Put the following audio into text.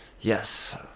Yes